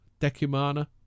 Decumana